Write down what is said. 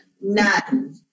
None